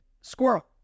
squirrel